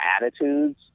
attitudes